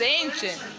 ancient